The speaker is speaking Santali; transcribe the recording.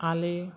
ᱟᱞᱮ